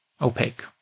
opaque